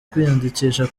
kwiyandikisha